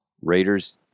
Raiders